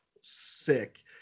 sick